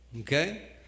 Okay